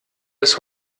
des